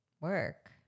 Work